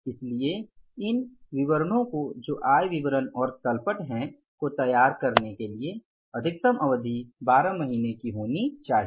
इसलिए इन विवरणों जो आय विवरण और तल पट है को तैयार करने के लिए अधिकतम अवधि 12 महीने की होनी चाहिए